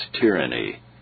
tyranny